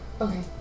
Okay